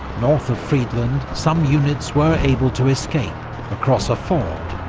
north of friedland, some units were able to escape across a ford,